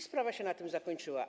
Sprawa się na tym zakończyła.